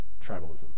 tribalism